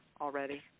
already